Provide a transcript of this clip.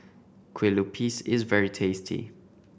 Kueh Lupis is very tasty